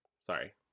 Sorry